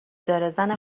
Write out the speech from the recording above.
داره، زن